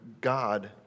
God